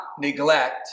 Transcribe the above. neglect